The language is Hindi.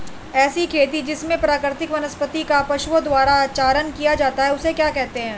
ऐसी खेती जिसमें प्राकृतिक वनस्पति का पशुओं द्वारा चारण किया जाता है उसे क्या कहते हैं?